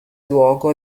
luogo